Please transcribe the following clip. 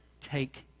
Take